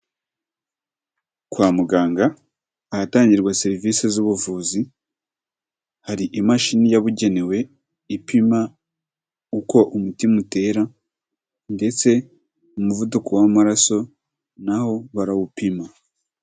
Kwa muganga ahatangirwa serivisi z'ubuvuzi, hari imashini yabugenewe ipima uko umutima utera ndetse n'umuvuduko w'amaraso nawo barawupima.